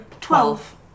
Twelve